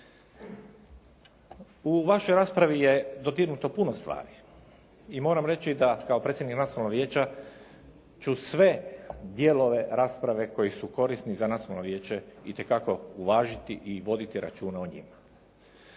U vašoj raspravi je dodirnuto puno stvari i moram reći da kao predsjednik nacionalnog vijeća ću sve dijelove rasprave koji su korisni za nacionalno vijeće itekako uvažiti i voditi računa o njima.